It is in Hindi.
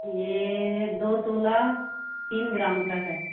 ये दो तोला तीन ग्राम का है